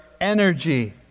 energy